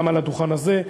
גם על הדוכן הזה,